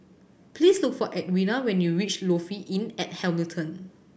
please look for Edwina when you reach Lofi Inn at Hamilton